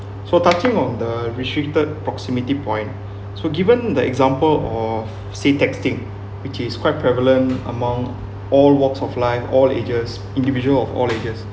so touching on the restricted proximity point so given the example of seeing texting which is quite prevalent among all walks of life all ages individual of all ages